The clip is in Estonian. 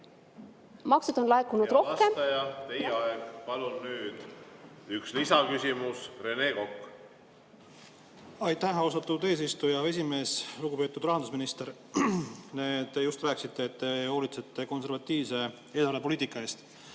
Hea vastaja, teie aeg! Palun nüüd üks lisaküsimus. Rene Kokk! Aitäh, austatud eesistuja, esimees! Lugupeetud rahandusminister! Te just rääkisite, et te hoolitsete konservatiivse eelarvepoliitika eest,